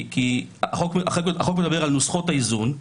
החוק מדבר על נוסחאות האיזון,